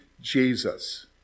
Jesus